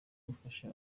gufasha